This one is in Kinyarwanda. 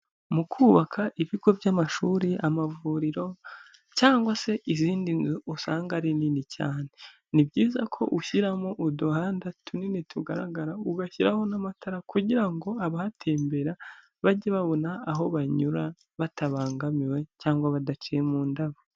Mu kubaka ibigo by'amashuri, amavuriro cyangwa se izindi nzu usanga ari nini cyane, ni byiza ko ushyiramo uduhanda tunini tugaragara ugashyiraho n'amatara, kugira ngo abahatembera bajye babona aho banyura batabangamiwe cyangwa badaciye mu ndabo.